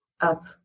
up